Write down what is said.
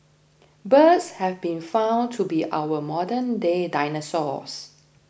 birds have been found to be our modern day dinosaurs